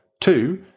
Two